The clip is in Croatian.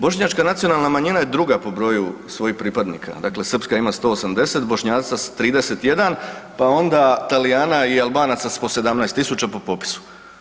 Bošnjačka nacionalna manjina je druga po broju svojih pripadnika, dakle srpska ima 180, Bošnjaka 31, pa onda Talijana i Albanaca po 17 tisuća po popisu.